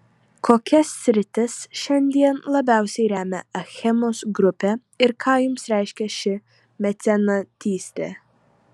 kokias sritis šiandien labiausiai remia achemos grupė ir ką jums reiškia ši mecenatystė